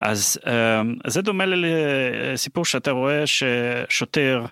אז זה דומה לסיפור שאתה רואה ששוטר...